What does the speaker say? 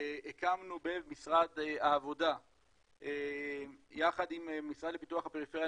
הקמנו במשרד העבודה יחד עם המשרד לפיתוח הפריפריה,